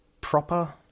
proper